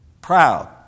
proud